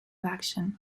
action